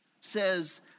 says